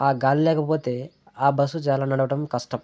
ఆ గాలి లేకపోతే ఆ బస్సు చాలా నడవటం కష్టం